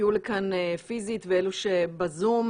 שהגיעו לכאן פיזית ואלו שבזום,